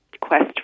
quest